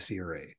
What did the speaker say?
CRA